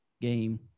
game